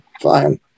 Fine